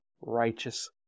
righteous